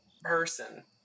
person